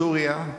סוריה,